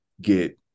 get